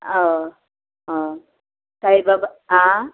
हय हय साईबाबा आं